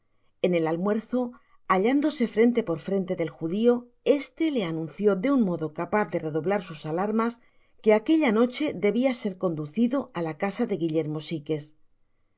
en el almuerzo hallándose frente por frente del judio este le anunció de un modo capaz de redoblar sus alarmas que aquella noche debia ser conducido á la casa de guillermo sikes